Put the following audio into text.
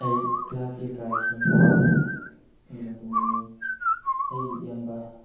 ꯑꯩ class eight ꯀꯥꯔꯛꯈꯤ ꯑꯗꯨ ꯃꯇꯝꯗ ꯃꯤ ꯑꯩꯒꯤ ꯏꯌꯥꯝꯕ